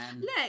Look